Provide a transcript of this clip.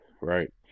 right